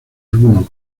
algunos